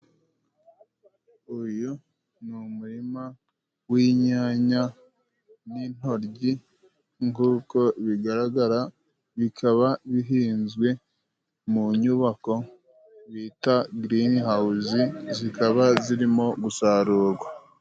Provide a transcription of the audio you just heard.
Uyu ni umurima w'inyanya n'intoryi, nguko bigaragara bikaba bihinzwe mu nyubako bita Gerene Hazi zikaba zirimo gusarugwa.